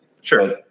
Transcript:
Sure